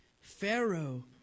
Pharaoh